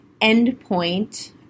endpoint